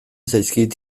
zaizkit